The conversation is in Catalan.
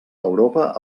europa